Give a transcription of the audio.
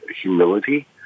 humility